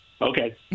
Okay